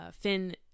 Finn